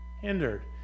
Hindered